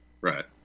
Right